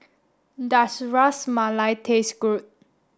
does Ras Malai taste good